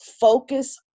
focus